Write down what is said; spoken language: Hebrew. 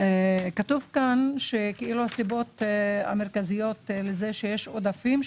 כתוב פה שהסיבות המרכזיות לזה שיש עודפים,